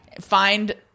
Find